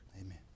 amen